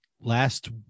Last